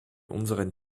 unseren